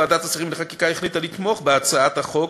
ועדת השרים לחקיקה החליטה לתמוך בהצעת החוק,